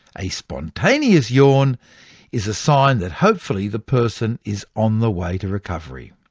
a spontaneous yawn is a sign that hopefully the person is on the way to recovery.